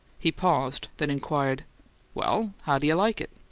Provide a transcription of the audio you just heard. he paused, then inquired well, how d'you like it?